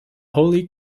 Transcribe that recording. holy